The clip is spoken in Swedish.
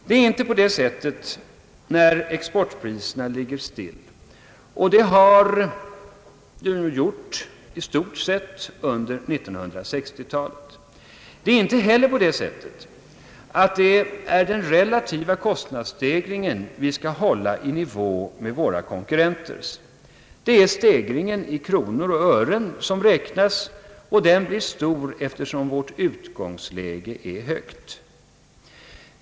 Det är inte på detta sätt när exportpriserna ligger still; och det har de i stort sett gjort under 60-talet. Det är inte heller den relativa kostnadsstegringen som vi skall hålla i nivå med våra konkurrenters. Vad som räknas är stegringen i kronor och ören; och den blir stor eftersom vårt utgångsläge är högt.